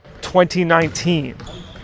2019